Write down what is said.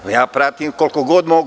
Ja pratim koliko god mogu.